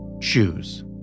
choose